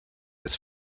his